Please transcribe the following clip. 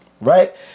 right